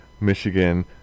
michigan